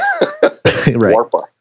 Warpa